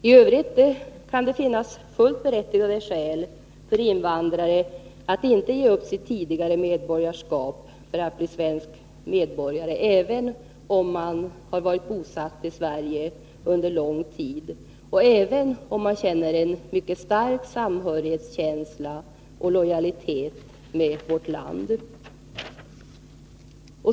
I övrigt kan det finnas fullt berättigade skäl för invandrare att inte ge upp sitt tidigare medborgarskap för att bli svensk medborgare, även om man har varit bosatt i Sverige under lång tid och även om man har en mycket stark samhörighetskänsla och lojalitet med vårt land.